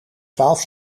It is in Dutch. twaalf